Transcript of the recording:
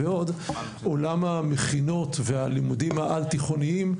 עולם המכינות והלימודים העל-תיכונים,